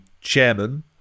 chairman